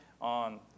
on